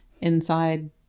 inside